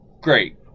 Great